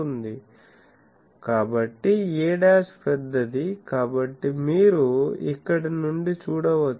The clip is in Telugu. కాబట్టి a' పెద్దది కాబట్టి మీరు ఇక్కడ నుండి చూడవచ్చు